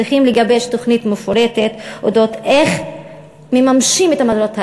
צריכים לגבש תוכנית מפורטת איך מממשים את המטרות האלה.